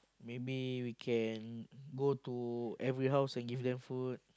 maybe we can go to every house and give them food